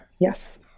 Yes